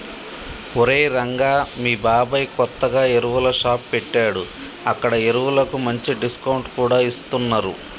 ఒరేయ్ రంగా మీ బాబాయ్ కొత్తగా ఎరువుల షాప్ పెట్టాడు అక్కడ ఎరువులకు మంచి డిస్కౌంట్ కూడా ఇస్తున్నరు